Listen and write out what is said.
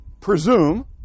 presume